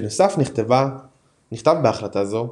בנוסף, נכתב בהחלטה כי